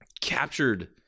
captured